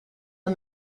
the